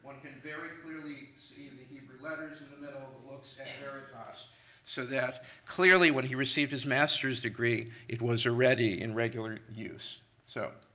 can very clearly see in the hebrew letters in the middle looks at veritas. so that clearly when he received his master's degree, it was already in regular use. so,